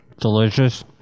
delicious